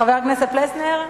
חבר הכנסת פלסנר,